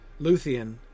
Luthien